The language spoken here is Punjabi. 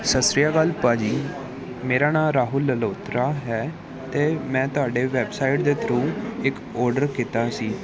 ਸਤਿ ਸ਼੍ਰੀ ਅਕਾਲ ਭਾਅ ਜੀ ਮੇਰਾ ਨਾਮ ਰਾਹੁਲ ਲਲੋਤਰਾ ਹੈ ਅਤੇ ਮੈਂ ਤੁਹਾਡੇ ਵੈੱਬਸਾਈਟ ਦੇ ਥਰੂ ਇੱਕ ਅੋਰਡਰ ਕੀਤਾ ਸੀ